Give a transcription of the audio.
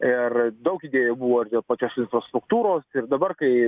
ir daug idėjų buvo ir dėl pačios infrastruktūros ir dabar kai